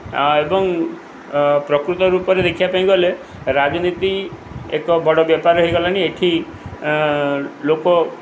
ଏବଂ ପ୍ରକୃତ ରୂପରେ ଦେଖିବା ପାଇଁ ଗଲେ ରାଜନୀତି ଏକ ବଡ଼ ବେପାର ହୋଇଗଲାଣି ଏଇଠି ଲୋକ